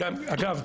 אגב,